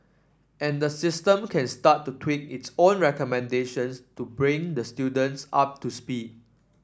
and the system can start to tweak its own recommendations to bring the students up to speed